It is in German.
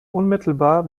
unmittelbar